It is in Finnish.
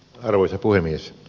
arvoisa puhemies